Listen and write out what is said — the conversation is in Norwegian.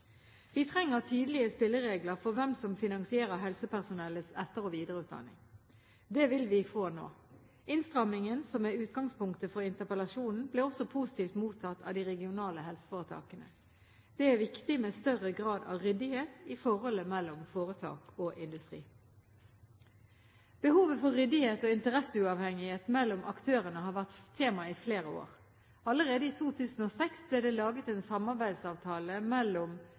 Vi trenger tydelige spilleregler for hvem som finansierer helsepersonellets etter- og videreutdanning. Det vil vi få nå. Innstrammingen, som er utgangspunktet for interpellasjonen, ble også positivt mottatt av de regionale helseforetakene. Det er viktig med større grad av ryddighet i forholdet mellom foretak og industri. Behovet for ryddighet og interesseuavhengighet mellom aktørene har vært tema i flere år. Allerede i 2006 ble det laget en samarbeidsavtale mellom